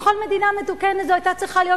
בכל מדינה מתוקנת זו היתה צריכה להיות